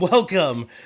Welcome